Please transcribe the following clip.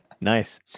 Nice